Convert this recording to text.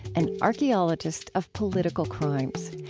an archaeologist of political crimes.